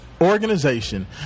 organization